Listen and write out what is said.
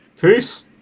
peace